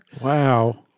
Wow